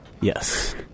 Yes